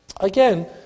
again